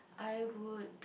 I would be